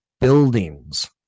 buildings